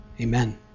Amen